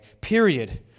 period